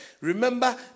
Remember